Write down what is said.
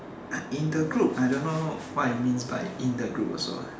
uh in the group I don't know what it means but in the group also uh